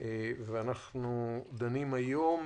ואנחנו דנים היום